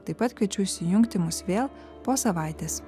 taip pat kviečiu įsijungti mus vėl po savaitės